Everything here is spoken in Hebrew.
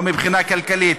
לא מבחינה כלכלית,